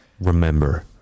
remember